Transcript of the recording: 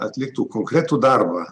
atliktų konkretų darbą